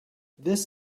this